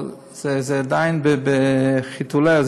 אבל היא עדיין בחיתוליה,